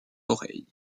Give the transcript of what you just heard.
l’oreille